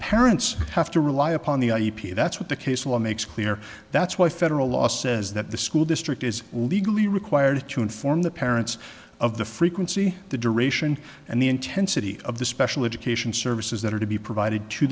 parents have to rely upon the e p that's what the case law makes clear that's why federal law says that the school district is legally required to inform the parents of the frequency the duration and the intensity of the special education services that are to be provided to